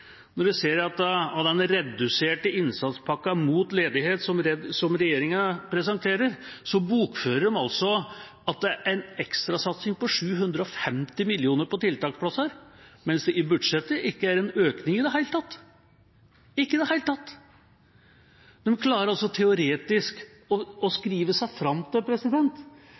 når man ser at i den reduserte tiltakspakken mot ledighet som regjeringa presenterer, bokfører de at det er en ekstrasatsing på 750 mill. kr på tiltaksplasser, mens det i budsjettet ikke er en økning i det hele tatt – ikke i det hele tatt. De klarer teoretisk å skrive seg fram til